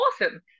awesome